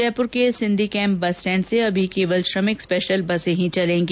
जयपूर के Sindhi camp bus stand से अभी केवल श्रमिक स्पेशल बसें ही चलेगी